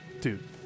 dude